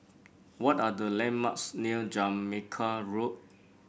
what are the landmarks near Jamaica Road